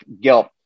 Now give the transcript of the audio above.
guilt